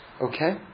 Okay